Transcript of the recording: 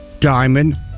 diamond